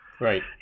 right